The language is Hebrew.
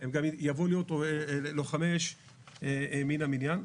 הם גם יבואו להיות לוחמי אש מן המניין.